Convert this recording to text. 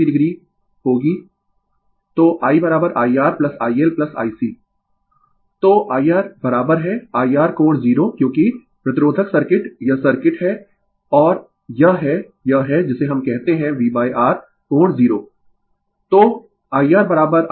Refer slide Time 0310 तो IR बराबर है IR कोण 0 क्योंकि प्रतिरोधक सर्किट यह सर्किट है और यह है यह है जिसे हम कहते है V R कोण 0